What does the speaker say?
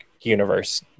universe